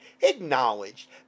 acknowledged